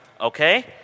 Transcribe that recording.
Okay